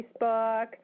Facebook